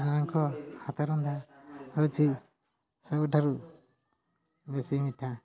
ମାଆ'ଙ୍କ ହାତ ରନ୍ଧା ହେଉଛି ସବୁଠାରୁ ବେଶୀ ମିଠା